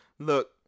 look